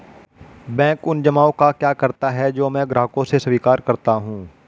Bank उन जमाव का क्या करता है जो मैं ग्राहकों से स्वीकार करता हूँ?